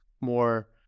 more